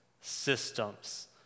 systems